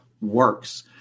works